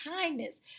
kindness